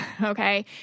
Okay